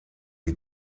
che